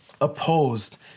opposed